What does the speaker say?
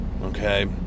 Okay